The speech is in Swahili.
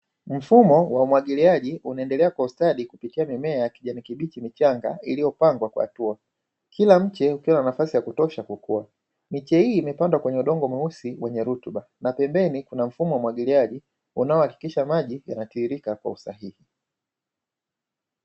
Mfumo wa wamwagiliaji unaendelea postadi kupitia mimea ya kijani kibichi michanga, iliyopangwa kwa hatua kila mche ukiwa na nafasi ya kutosha kukuwa miche hii imepandwa kwenye udongo mweusi mwenye rutuba na pembeni kuna mfumo wa umwagiliaji unaowakilisha maji yanatiririka kwa usahihi.